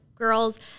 Girls